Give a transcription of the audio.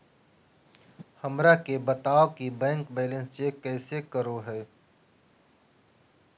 हमरा के बताओ कि बैंक बैलेंस कैसे चेक करो है?